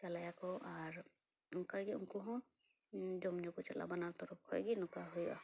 ᱪᱟᱞᱟᱭᱟ ᱠᱚ ᱚᱱᱠᱟᱜᱮ ᱩᱱᱠᱩ ᱦᱚᱸ ᱡᱚᱢᱧᱩ ᱠᱚ ᱪᱟᱞᱟᱜᱼᱟ ᱵᱟᱱᱟᱨ ᱛᱚᱨᱚᱯ ᱠᱷᱚᱡ ᱜᱮ ᱱᱚᱠᱟ ᱦᱩᱭᱩᱜᱼᱟ